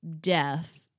deaf